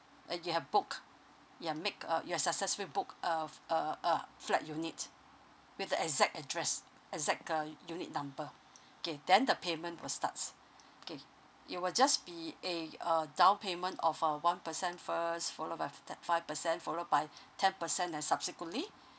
uh you have book you ha~ make a you ha~ successfully book a f~ a a flat unit with the exact address exact uh unit number okay then the payment will starts okay it will just be a a down payment of uh one person first followed by f~ te~ five percent followed by ten percent and subsequently